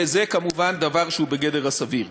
וזה כמובן דבר שהוא בגדר הסביר.